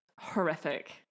horrific